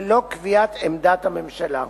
ללא קביעת עמדת הממשלה.